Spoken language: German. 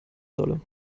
solle